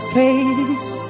face